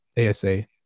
ASA